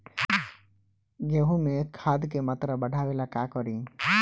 गेहूं में खाद के मात्रा बढ़ावेला का करी?